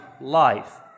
life